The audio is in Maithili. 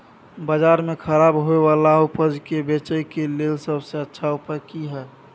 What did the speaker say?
बाजार में खराब होय वाला उपज के बेचय के लेल सबसे अच्छा उपाय की हय?